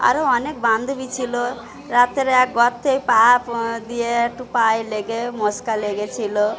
আরও অনেক বান্ধবী ছিল রাতে এক গর্তে পা দিয়ে একটু পায়ে লেগে মচকা লেগেছিল